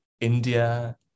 India